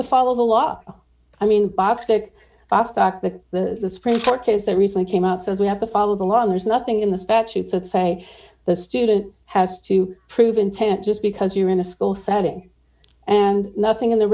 to follow the law i mean bostic abstract the supreme court case that recently came out says we have to follow the law and there's nothing in the statutes that say the student has to prove intent just because you're in a school setting and nothing in the